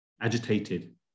agitated